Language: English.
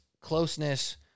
closeness